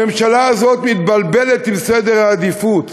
הממשלה הזאת מתבלבלת עם סדר העדיפויות.